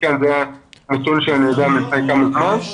זה נתון שאני יודע מלפני כמה זמן.